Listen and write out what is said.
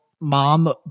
mom